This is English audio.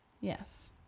Yes